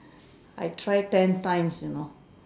I try ten times you know